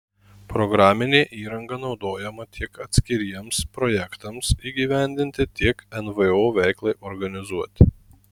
programinė įranga naudojama tiek atskiriems projektams įgyvendinti tiek nvo veiklai organizuoti